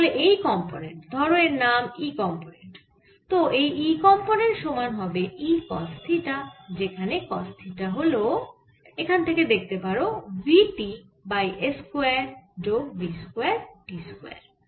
তাহলে এই কম্পোনেন্ট ধরো এর নাম E কম্পোনেন্ট তো এই E কম্পোনেন্ট সমান হবে E কস থিটা যেখানে কস থিটা হল এখান থেকে দেখতে পারো v t by s square যোগ v স্কয়ার t স্কয়ার